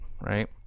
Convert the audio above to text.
right